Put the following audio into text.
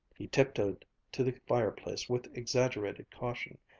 he tiptoed to the fireplace with exaggerated caution,